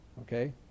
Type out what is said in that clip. Okay